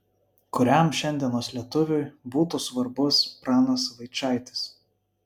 kuriam šiandienos lietuviui būtų svarbus pranas vaičaitis